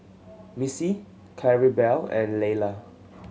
Missy Claribel and Leila